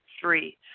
three